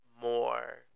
more